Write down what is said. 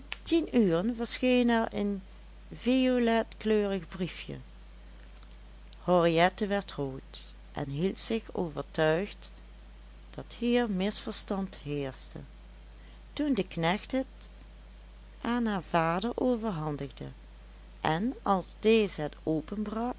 tien uren verscheen er een voiletkleurig briefje henriette werd rood en hield zich overtuigd dat hier misverstand heerschte toen de knecht het aan haar vader overhandigde en als deze